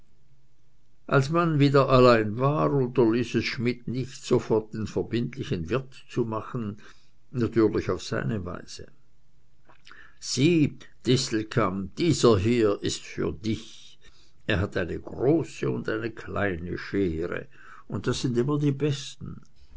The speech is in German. als man wieder allein war unterließ es schmidt nicht sofort den verbindlichen wirt zu machen natürlich auf seine weise sieh distelkamp dieser hier ist für dich er hat eine große und eine kleine schere und das sind immer die besten